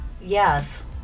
yes